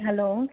hello